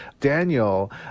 Daniel